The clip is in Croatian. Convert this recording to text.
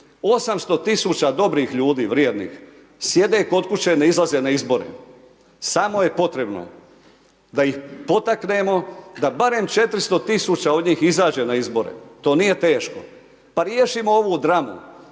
800 tisuća dobrih ljudi, vrijednih sjede kod kuće ne izlaze na izbore, samo je potrebno da ih potaknemo da barem 400 tisuća od njih izađe na izbore, to nije teško, pa riješimo ovu dramu.